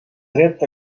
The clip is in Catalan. dret